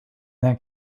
that